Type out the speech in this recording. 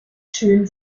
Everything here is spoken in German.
schön